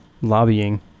Lobbying